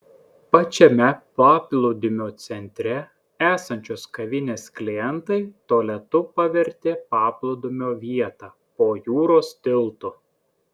pačiame paplūdimio centre esančios kavinės klientai tualetu pavertė paplūdimio vietą po jūros tiltu